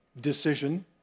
decision